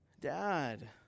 dad